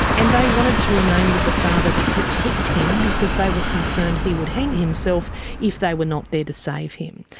and they wanted to remain with the father to protect him, because they were concerned he would hang himself if they were not there to save him.